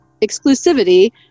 exclusivity